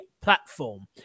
platform